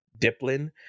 Diplin